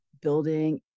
building